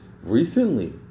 recently